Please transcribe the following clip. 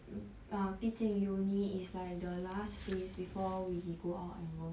mm ah 毕竟 uni is like the last phase before we go out and work